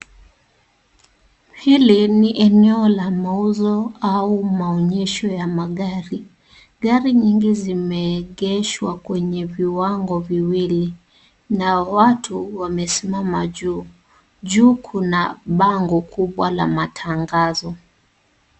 Hili ni eneo la mauzo au maonyesho ya magari. Gari nyingi zimeegeshwa kwenye viwango viwili na watu wamesimama juu. Juu kuna bango kubwa la matangazo.